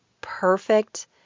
perfect